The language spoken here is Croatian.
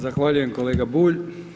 Zahvaljujem kolega Bulj.